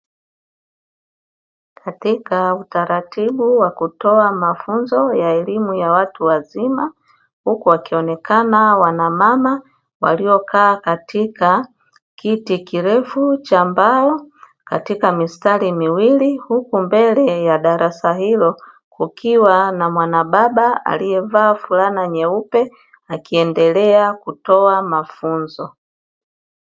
Katika utaratibu wa kutoa mafunzo ya elimu ya watu wazima, huku wakionekana wanamama waliyokaa katika kiti kirefu cha mbao katika mistari miwili, huku mbele ya darasa hilo kukiwa na mwanababa aliyevaa flana nyeupe akiendelea kutoa mafunzo.